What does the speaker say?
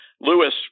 Lewis